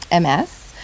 MS